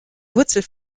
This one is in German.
wurzel